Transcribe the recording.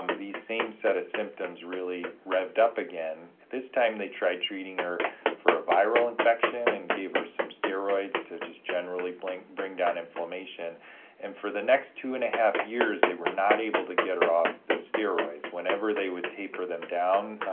um these same set of symptoms really revved up again. this time, they tried treating her for a viral infection and gave her some steroids to just generally bring bring down inflammation and for the next two and a half years, they were not able to get her off the steroids. whenever they would taper them down,